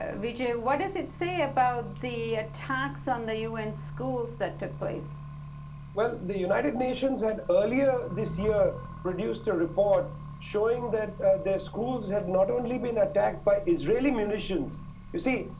vijay, what does it say about the attacks on the un schools that took place? prashad well, the united nations had earlier this year produced a report showing that their schools had not only been attacked by israeli munitions you see,